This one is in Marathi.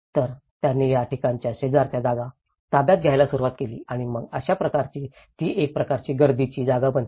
तर त्यांनी त्या ठिकाणांच्या शेजारच्या जागा ताब्यात घ्यायला सुरूवात केली आणि मग अशा प्रकारे ती एक प्रकारची गर्दीची जागा बनते